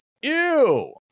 ew